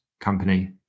company